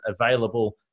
available